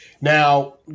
Now